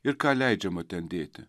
ir ką leidžiama ten dėti